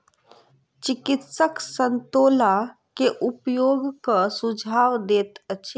चिकित्सक संतोला के उपयोगक सुझाव दैत अछि